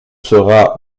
sera